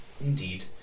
Indeed